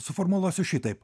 suformuluosiu šitaip